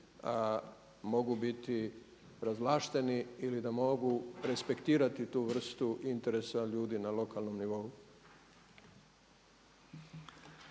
mogu biti povlašteni ili da mogu respektirati tu vrstu interesa ljudi na lokalnom nivou.